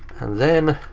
and then.